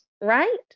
right